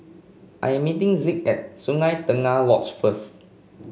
I am meeting Zeke at Sungei Tengah Lodge first